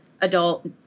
adult